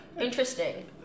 Interesting